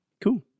Cool